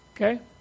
Okay